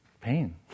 pain